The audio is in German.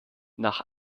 nach